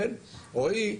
רועי,